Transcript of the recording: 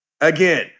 Again